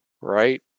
right